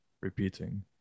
repeating